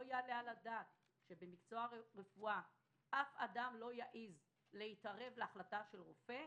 לא ייתכן שבמקצוע רפואה אף אדם לא יעיז להתערב להחלטת רופא,